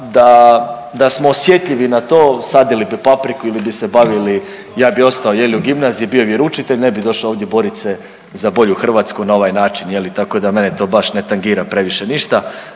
da smo osjetljivi na to sadili bi papriku ili bi se bavili ja bi ostao u gimnaziji, bio vjeroučitelj ne bi došao ovdje borit se za bolju Hrvatsku na ovaj način tako da mene to baš ne tangira previše ništa,